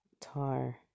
tar